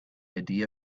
idea